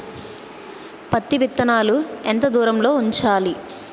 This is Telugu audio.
పత్తి విత్తనాలు ఎంత దూరంలో ఉంచాలి?